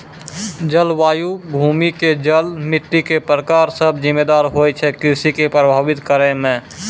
जलवायु, भूमि के जल, मिट्टी के प्रकार सब जिम्मेदार होय छै कृषि कॅ प्रभावित करै मॅ